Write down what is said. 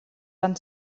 van